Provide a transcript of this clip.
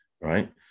right